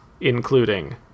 including